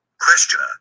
Questioner